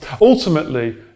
Ultimately